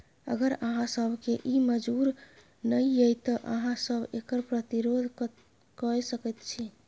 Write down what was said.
अगर अहाँ सभकेँ ई मजूर नहि यै तँ अहाँ सभ एकर प्रतिरोध कए सकैत छी